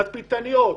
תצפיתניות,